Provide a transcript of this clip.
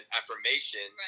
affirmation